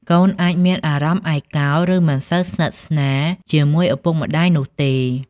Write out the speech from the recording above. កូនអាចមានអារម្មណ៍ឯកោឬមិនសូវស្និទ្ធស្នាលជាមួយឪពុកម្ដាយនោះទេ។